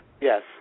Yes